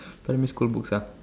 primary school books ah